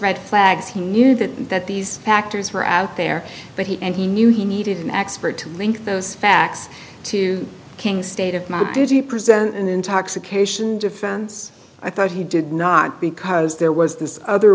red flags he knew that that these factors were out there but he and he knew he needed an expert to link those facts to king state of mind did he present an intoxication defense i thought he did not because the it was this other